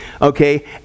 Okay